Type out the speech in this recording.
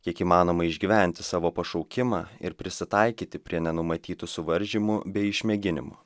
kiek įmanoma išgyventi savo pašaukimą ir prisitaikyti prie nenumatytų suvaržymų bei išmėginimų